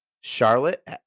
Charlotte